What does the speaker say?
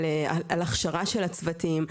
על הכשרה של הצוותים,